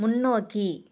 முன்னோக்கி